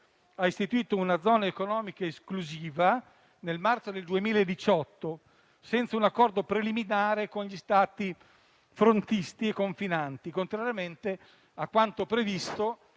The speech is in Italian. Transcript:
ha istituito una zona economica esclusiva nel marzo del 2018 senza un accordo preliminare con gli Stati frontisti e confinanti, contrariamente a quanto previsto